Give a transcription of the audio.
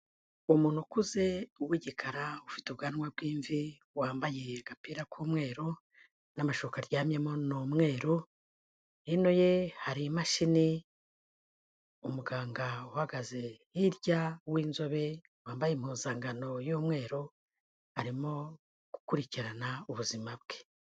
Umuntu ukuze w'igikara ufite ubwanwa bw'imvi, wambaye agapira k'umweru n'amashuka aryamyemo ni umweru, hino ye hari imashini, umuganga uhagaze hirya w'inzobe wambaye impuzankano y'umweru arimo gukurikirana ubuzima bwe.